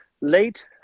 Late